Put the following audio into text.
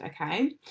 okay